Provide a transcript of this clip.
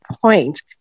point